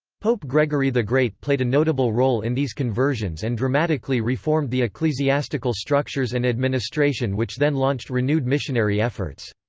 pope gregory the great played a notable role in these conversions and dramatically reformed the ecclesiastical structures and administration which then launched renewed missionary efforts.